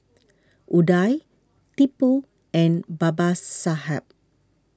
Udai Tipu and Babasaheb